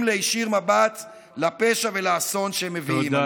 להישיר מבט לפשע ולאסון שהם מביאים עלינו.